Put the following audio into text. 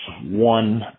one